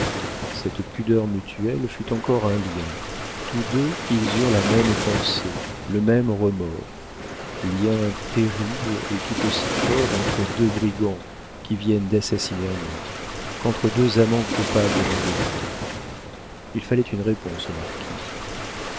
cette pudeur mutuelle fut encore un lien tous deux ils eurent la même pensée le même remords lien terrible et tout aussi fort entre deux brigands qui viennent d'assassiner un homme qu'entre deux amants coupables d'un baiser il fallait une réponse au marquis